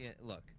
look